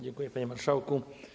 Dziękuję, panie marszałku.